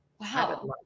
Wow